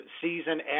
season